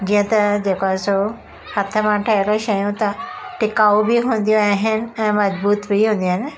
जीअं त जेको आहे सो हथ मां ठहियल शयूं त टिकाऊ बि हूंदियूं आहिनि ऐं मज़बूत बि हूंदियूं आहिनि